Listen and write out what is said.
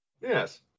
Yes